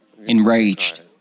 Enraged